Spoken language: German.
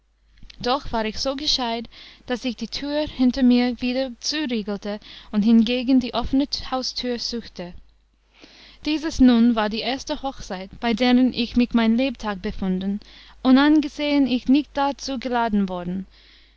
doch war ich so gescheid daß ich die tür hinter mir wieder zuriegelte und hingegen die offene haustür suchte dieses nun war die erste hochzeit bei deren ich mich mein lebtag befunden unangesehen ich nicht darzu geladen worden